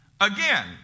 again